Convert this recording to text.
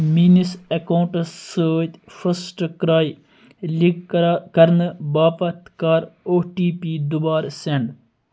میٛٲنِس اَکاونٛٹَس سۭتۍ فٔسٹ کرٛے لِنگ کَرنہٕ باپتھ کَر او ٹی پی دُوبارٕ سیٚنٛڈ